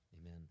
Amen